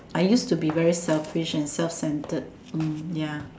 I used to be very selfish and self centered mm ya